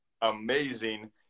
Amazing